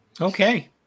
Okay